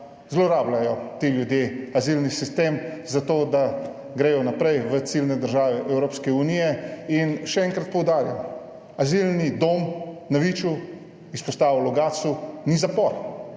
zlorabljajo ti ljudje azilni sistem za to, da gredo naprej v ciljne države Evropske unije. In še enkrat poudarjam, azilni dom na Viču, izpostava v Logatcu ni zapor.